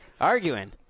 arguing